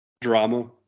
drama